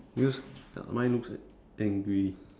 use uh mine looks like angry